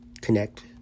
connect